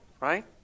right